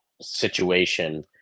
situation